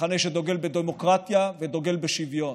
מחנה שדוגל בדמוקרטיה ודוגל בשוויון,